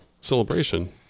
celebration